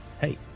Hey